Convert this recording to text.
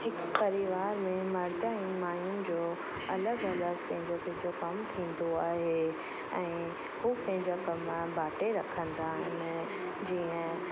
हिकु परिवार में मर्द ऐं माइयुनि जो अलॻि अलॻि पंहिंजो पंहिंजो कमु थींदो आहे ऐं पोइ पंहिंजा कमु बांटे रखंदा आहिनि जीअं